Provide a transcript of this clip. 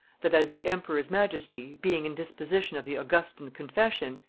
that as the emperor's majesty, being in disposition of the augustan confession,